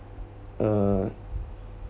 uh